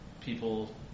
people